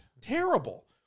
Terrible